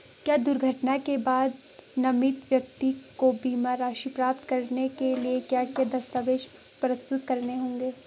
क्या दुर्घटना के बाद नामित व्यक्ति को बीमा राशि प्राप्त करने के लिए क्या क्या दस्तावेज़ प्रस्तुत करने होंगे?